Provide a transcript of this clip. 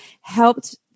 helped